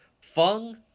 Fung